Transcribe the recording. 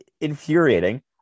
infuriating